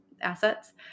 assets